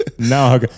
No